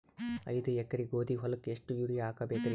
ಐದ ಎಕರಿ ಗೋಧಿ ಹೊಲಕ್ಕ ಎಷ್ಟ ಯೂರಿಯಹಾಕಬೆಕ್ರಿ?